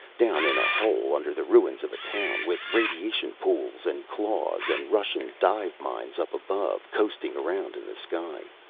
down in a hole under the ruins of a town. with radiation pools and claws, and russian dive-mines up above, coasting around in the sky.